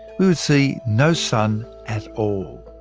we would see no sun at all.